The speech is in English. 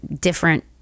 different